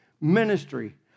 ministry